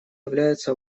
являются